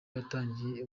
yatangiye